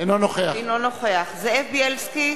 אינו נוכח זאב בילסקי,